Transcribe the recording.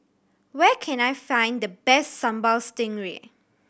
where can I find the best Sambal Stingray